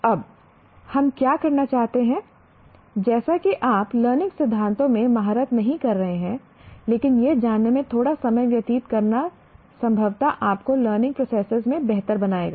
अब हम क्या करना चाहते हैं जैसा कि आप लर्निंग सिद्धांतों में महारत नहीं कर रहे हैं लेकिन यह जानने में थोड़ा समय व्यतीत करना संभवत आपको लर्निंग प्रोसेस में बेहतर बनाएगा